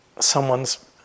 someone's